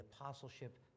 apostleship